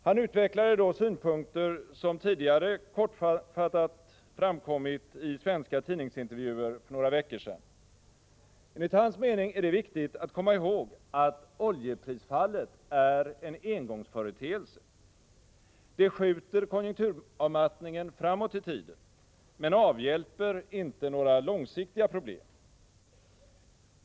Han utvecklade då synpunkter, som tidigare kortfattat redovisats i svenska tidningsintervjuer för några veckor sedan. Enligt hans mening är det viktigt att komma ihåg att oljeprisfallet är en engångsföreteelse. Det skjuter konjunkturavmattningen framåt i tiden men avhjälper inte några långsiktiga problem.